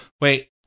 Wait